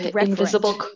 Invisible